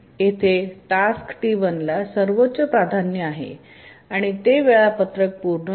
येथे task T1 ला सर्वोच्च प्राधान्य आहे आणि ते वेळापत्रक पूर्ण आहे